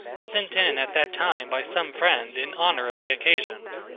sent in at that time by some friend in honor of the occasion.